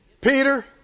Peter